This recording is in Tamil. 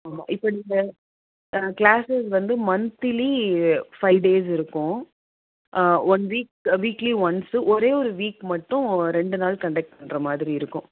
ஆமாம் இப்போ நீங்கள் க்ளாஸஸ் வந்து மந்த்லி ஃபை டேஸ் இருக்கும் ஒன் வீக் வீக்லி ஒன்ஸு ஒரே ஒரு வீக் மட்டும் ரெண்டு நாள் கன்டெக்ட் பண்ணுற மாதிரி இருக்கும்